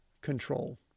control